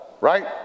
right